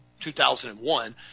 2001